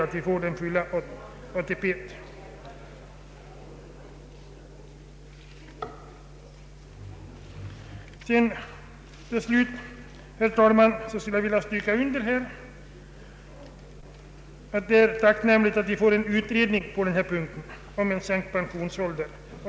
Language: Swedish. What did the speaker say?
Till slut skulle jag vilja stryka under att det är tacknämligt att vi får en utredning om sänkt pensionsålder.